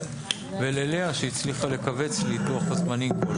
ותודה ללאה שהצליחה לכווץ לי את לוח הזמנים.